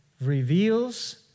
reveals